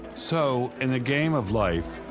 so, in the game of life,